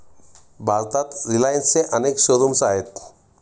भारतात रिलायन्सचे अनेक शोरूम्स आहेत